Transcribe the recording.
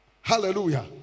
Hallelujah